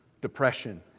depression